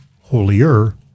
holier